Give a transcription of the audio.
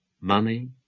money